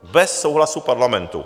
Bez souhlasu Parlamentu.